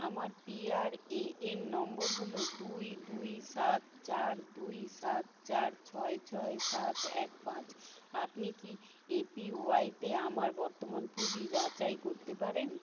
আমার পিআরএএন নম্বর হলো দুই দুই সাত চার দুই সাত চার ছয় ছয় সাত এক পাঁচ আপনি কি এ পি ওয়াইতে আমার বর্তমান পুঁজি যাচাই করতে পারেন